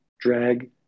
drag